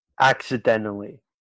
accidentally